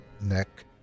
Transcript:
neck